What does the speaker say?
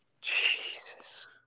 Jesus